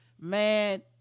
man